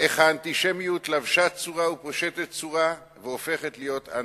איך האנטישמיות לבשה צורה ופושטת צורה והופכת להיות אנטי-ישראליות.